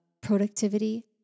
productivity